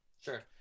Sure